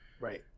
Right